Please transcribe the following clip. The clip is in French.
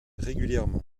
régulièrement